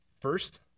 first